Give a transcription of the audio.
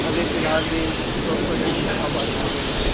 ابھی فی الحال میں یہیں شاپ پر ہی ہیں آپ آ جائیے لینے کے لیے